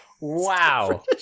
Wow